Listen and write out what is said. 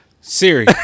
Siri